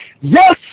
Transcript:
Yes